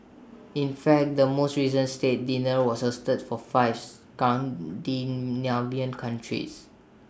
in fact the most recent state dinner was hosted for five Scandinavian countries